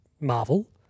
Marvel